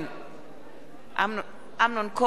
אינו נוכח